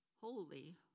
Holy